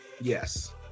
Yes